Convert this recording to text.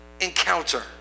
encounter